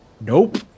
Nope